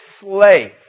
slave